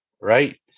right